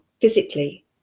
physically